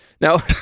now